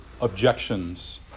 objections